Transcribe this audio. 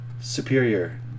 superior